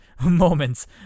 moments